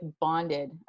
bonded